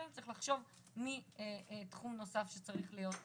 צריך לחשוב על תחום נוסף שצריך להיות.